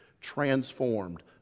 transformed